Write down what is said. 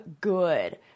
good